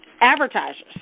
Advertisers